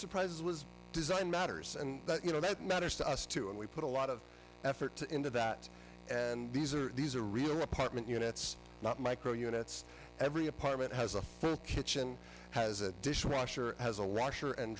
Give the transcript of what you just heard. surprises was design matters and that you know that matters to us too and we put a lot of effort into that and these are these are real apartment units not micro units every apartment has a kitchen has a dishwasher as a washer and